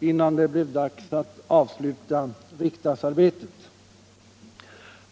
innan det blev dags att avsluta vårt riksdagsarbete.